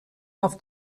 auf